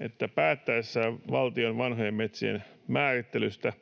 että päättäessään valtion vanhojen metsien määrittelystä,